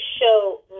show